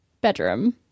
bedroom